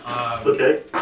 Okay